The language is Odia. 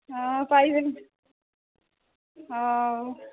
ଅ ପାଇବନି ହଉ